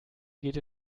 geht